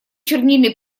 чернильный